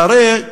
והרי,